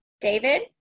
David